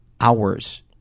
hours